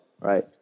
Right